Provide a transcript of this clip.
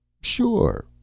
Sure